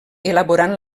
elaborant